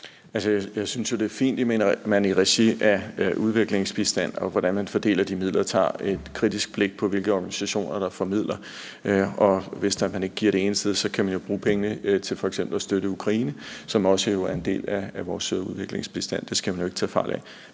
Jeg synes jo, det er fint, at man i regi af udviklingsbistand og af, hvordan man fordeler de midler, tager et kritisk blik på, hvilke organisationer der får midler, og hvis man ikke giver det ene sted, kan man jo bruge pengene til f.eks. at støtte Ukraine, som også er en del af vores udviklingsbistand. Det skal man jo ikke tage fejl af.